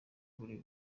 buri